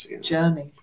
journey